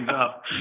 up